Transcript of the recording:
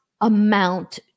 amount